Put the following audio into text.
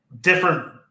different